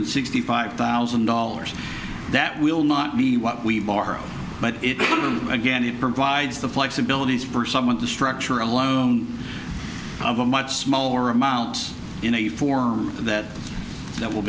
sixty five thousand dollars that will not be what we borrow but it again it provides the flexibility is for someone to structure a loan of a much smaller amount in a form that that will